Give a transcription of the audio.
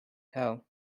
hell